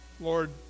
Lord